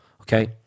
okay